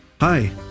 Hi